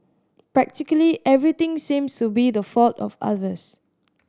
practically everything seems to be the fault of others